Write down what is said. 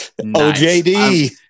OJD